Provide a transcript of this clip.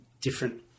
different